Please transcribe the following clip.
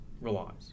relies